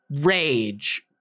rage